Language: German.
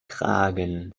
kragen